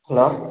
hello